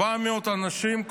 400 אנשים,